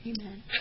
Amen